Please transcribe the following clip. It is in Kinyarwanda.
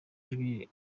ijwi